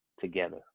together